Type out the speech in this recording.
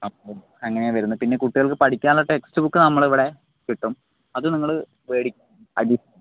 അപ്പോൾ അങ്ങനെയാണ് വരുന്നത് പിന്നെ കുട്ടികൾക്ക് പഠിക്കാനുള്ള ടെക്സ്റ്റ്ബുക്ക് നമ്മളിവിടെകിട്ടും അത് നിങ്ങൾ മേടിക്ക്